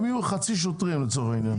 הם יהיו חצי שוטרים לצורך העניין.